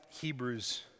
Hebrews